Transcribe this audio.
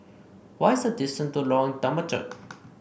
what is the distance to Lorong Temechut